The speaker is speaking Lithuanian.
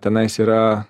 tenais yra